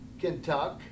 Kentucky